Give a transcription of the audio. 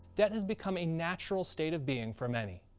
debt has becomes a natural state of being for many.